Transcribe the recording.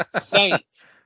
saints